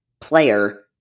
player